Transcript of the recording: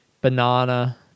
banana